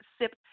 sip